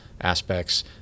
aspects